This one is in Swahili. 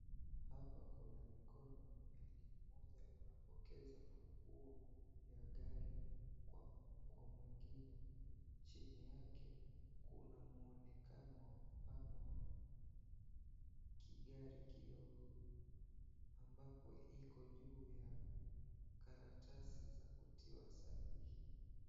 Hapa kuna mikono miwili mmoja unapoza funguo ya gari kwa mwengine chini yake kuna mwonekano wa mfano wa kigari kidogo ambapo iko juu ya karatasi za kutiwa sahihi.